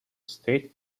state